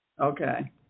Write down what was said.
Okay